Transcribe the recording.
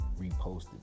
reposted